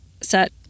set